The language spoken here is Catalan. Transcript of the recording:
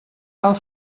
cal